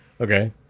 okay